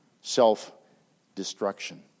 self-destruction